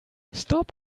stop